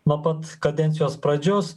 nuo pat kadencijos pradžios